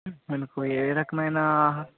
మీకు ఏ రకమైన ఆహార